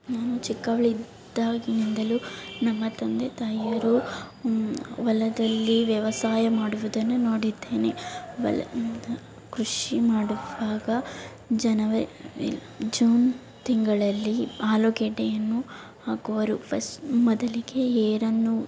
ನಾನು ಚಿಕ್ಕವಳಿದ್ದಾಗಿನಿಂದಲೂ ನಮ್ಮ ತಂದೆ ತಾಯಿಯರು ಹೊಲದಲ್ಲಿ ವ್ಯವಸಾಯ ಮಾಡುವುದನ್ನು ನೋಡಿದ್ದೇನೆ ಹೊಲ ಕೃಷಿ ಮಾಡುವಾಗ ಜನರೇ ಜೂನ್ ತಿಂಗಳಲ್ಲಿ ಆಲೂಗೆಡ್ಡೆಯನ್ನು ಹಾಕುವರು ಫರ್ಸ್ಟ್ ಮೊದಲಿಗೆ ಏರನ್ನು